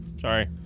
Sorry